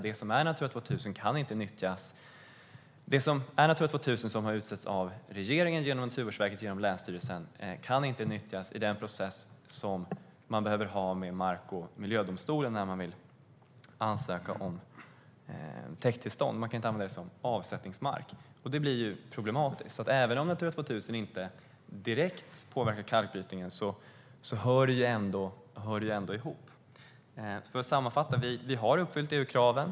Det som är Natura 2000-områden som har angetts av regeringen genom Naturvårdsverket och länsstyrelsen kan inte nyttjas i den process som man behöver ha med mark och miljödomstolen när man vill ansöka om täkttillstånd - man kan inte använda det som avsättningsmark. Det blir problematiskt. Även om Natura 2000 inte direkt påverkar kalkbrytningen finns det ändå en koppling. För att sammanfatta: Vi har uppfyllt EU-kraven.